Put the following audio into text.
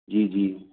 जी जी